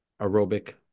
aerobic